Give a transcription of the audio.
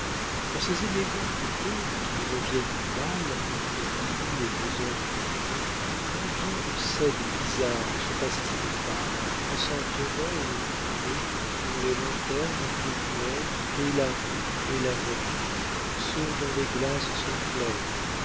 dans ces élégants coupés qui reviennent du bal entre minuit et deux heures du matin combien de scènes bizarres ne se passe-t-il pas en s'en tenant aux coupés dont les lanternes éclairent et la rue et la voiture ceux dont les glaces sont claires